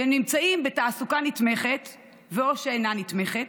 והם נמצאים בתעסוקה נתמכת ו/או שאינה נתמכת,